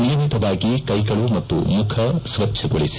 ನಿಯಮಿತವಾಗಿ ಕ್ಷೆಗಳು ಮತ್ತು ಮುಖ ಸ್ವಚ್ಲಗೊಳಿಸಿ